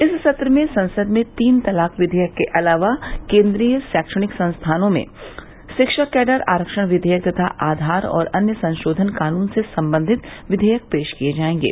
इस सत्र में संसद में तीन तलाक विधेयक के अलावा केंद्रीय शैक्षणिक संस्थानों में शिक्षक कैडर आरक्षण विधेयक तथा आधार और अन्य संशोधन कानून से संबंधित विधेयक पेश किए जाएंगे